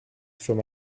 through